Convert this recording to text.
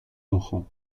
enfants